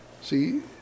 See